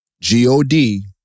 G-O-D